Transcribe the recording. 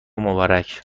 مبارک